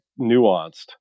nuanced